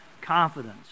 confidence